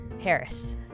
Harris